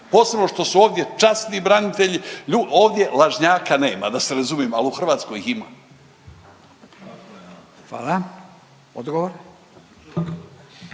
posebno što su ovdje časni branitelji, ovdje lažnjaka nema. Da se razumijemo, ali u Hrvatskoj ih ima. **Radin,